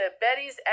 Betty's